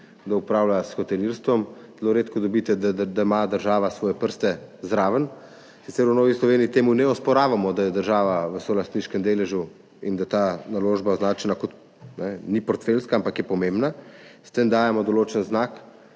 kdo upravlja s hotelirstvom, zelo redko dobite, da ima država zraven svoje prste. Sicer v Novi Sloveniji temu ne osporavamo, da je država v solastniškem deležu in da ta naložba ni označena kot portfeljska, ampak je pomembna, s tem dajemo določen znak,